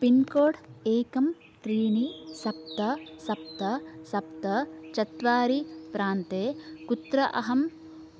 pincode एकं त्रीणि सप्त सप्त सप्त चत्वारि प्रान्ते कुत्र अहं